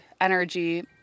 energy